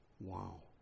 Wow